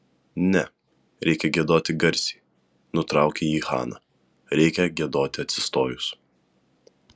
ne reikia giedoti garsiai nutraukė jį hana reikia giedoti atsistojus